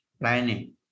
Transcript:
planning